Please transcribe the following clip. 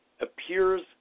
appears